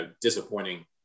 disappointing